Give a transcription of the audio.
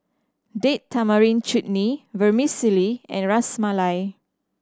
Date Tamarind Chutney Vermicelli and Ras Malai